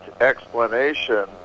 explanation